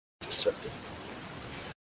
Deceptive